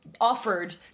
Offered